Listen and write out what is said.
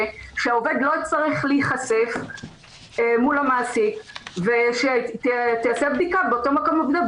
כך שהעובד לא יצטרך להיחשף מול המעסיק ותיעשה בדיקה באותו מקום עבודה.